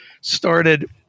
started